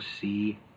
see